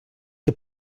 que